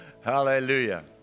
Hallelujah